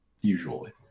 Usually